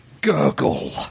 Gurgle